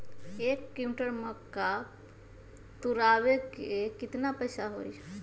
एक क्विंटल मक्का तुरावे के केतना पैसा होई?